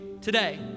today